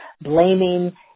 blaming